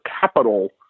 capital